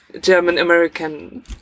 German-American